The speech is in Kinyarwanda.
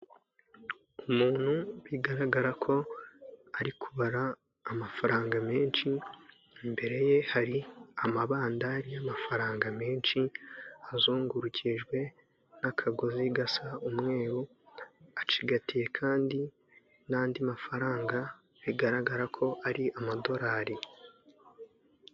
Umuntu bigaragara ko ari kubara amafaranga menshi imbere ye hari amabandari y'amafaranga menshi azungurukijwe n'akagozi gasa umweru acigatiye kandi n'andi mafaranga bigaragara ko ari amadorari.